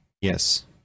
yes